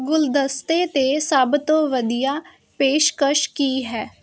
ਗੁਲਦਸਤੇ 'ਤੇ ਸਭ ਤੋਂ ਵਧੀਆ ਪੇਸ਼ਕਸ਼ ਕੀ ਹੈ